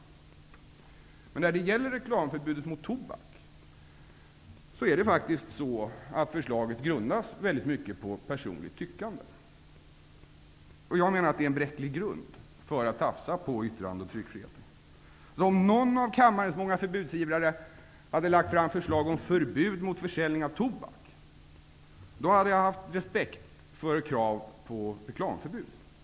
Förslaget om förbud mot tobaksreklam däremot grundas i väldigt hög grad på personligt tyckande, och jag menar att det är en bräcklig grund för att tafsa på yttrande och tryckfriheten. Om någon av kammarens många förbudsivrare hade lagt fram förslag om förbud mot försäljning av tobak, hade jag haft respekt för krav på reklamförbud.